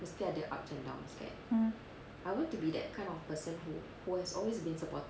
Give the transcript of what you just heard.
mm